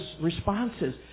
responses